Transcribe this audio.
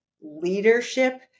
leadership